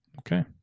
Okay